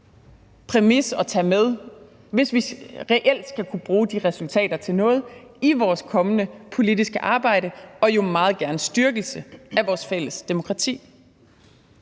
præmis at tage med, hvis vi reelt skal kunne bruge de resultater til noget i vores kommende politiske arbejde og jo meget gerne til styrkelse af vores fælles demokrati.